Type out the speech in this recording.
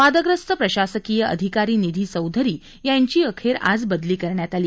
वादग्रस्त प्रशासकीय अधिकारी निधी चौधरी यांची अखेर आज बदली करण्यात आली